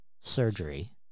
surgery